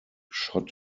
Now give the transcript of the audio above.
shot